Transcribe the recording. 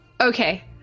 okay